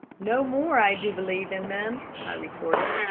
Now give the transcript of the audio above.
no more i do believe in them, i retorted,